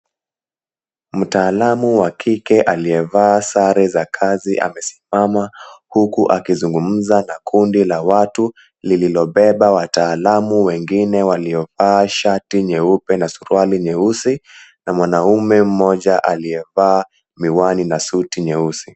Mtaalamu wa kike aliyevaa sare za kazi amesimama huku akizungumza na kundi la watu waliobeba wataalamu wengine waliovaa shati nyeupe na suruali nyeusi na mwanaume mmoja aliyevaa miwani na suti nyeusi.